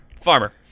Farmer